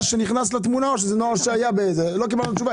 שנכנס לתמונה או שזה נוער שהיה לא קיבלנו תשובה.